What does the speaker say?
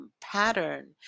pattern